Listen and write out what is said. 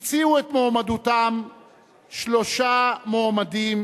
הציעו את מועמדותם שלושה מועמדים,